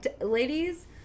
Ladies